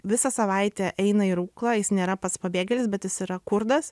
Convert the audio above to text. visą savaitę eina į ruklą jis nėra pats pabėgėlis bet jis yra kurdas